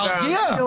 תרגיע.